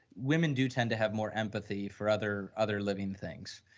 women do tend to have more empathy for other other living things.